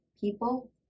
people